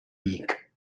week